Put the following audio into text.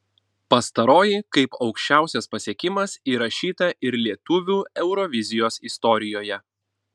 pastaroji kaip aukščiausias pasiekimas įrašyta ir lietuvių eurovizijos istorijoje